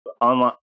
online